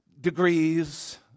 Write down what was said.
degrees